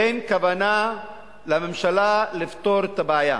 אין לממשלה כוונה לפתור את הבעיה.